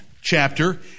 chapter